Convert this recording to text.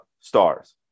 stars